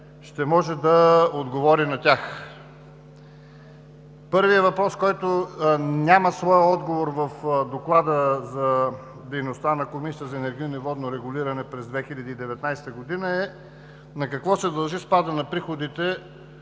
ще може да отговори на тях. Първият въпрос, който няма своя отговор в Доклада за дейността на Комисията за енергийно и водно регулиране през 2019 г., е: на какво се дължи спадът на приходите